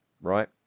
Right